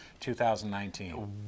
2019